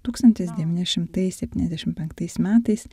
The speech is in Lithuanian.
tūkstantis devyni šimtai septyniasdešim penktais metais